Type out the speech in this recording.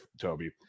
Toby